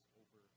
over